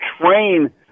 train